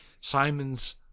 Simon's